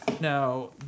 Now